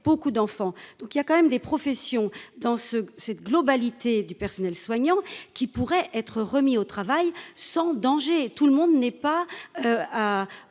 beaucoup d'enfants, donc il y a quand même des professions dans ce cette globalité du personnel soignant qui pourrait être remis au travail sans danger et tout le monde n'est pas ah